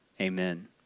amen